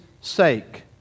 sake